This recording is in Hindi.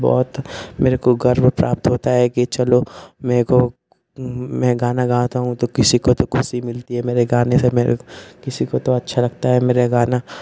बहोत मेरे को बहुत गर्व प्राप्त होता है कि चलो मेरे को मैं गाना गाता हूँ तो किसी को तो खुशी मिलती है मेरे गाने से मेरे किसी को तो अछा लगता है मेरे गाना